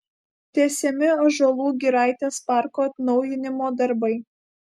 tęsiami ąžuolų giraitės parko atnaujinimo darbai